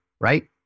right